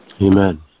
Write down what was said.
Amen